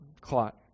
Clot